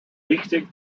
wichtig